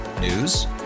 News